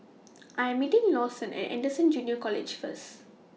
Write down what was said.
I Am meeting Lawson At Anderson Junior College First